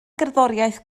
gerddoriaeth